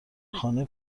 خانه